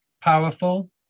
powerful